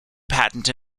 patent